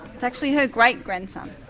it's actually her great-grandson.